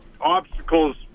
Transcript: obstacles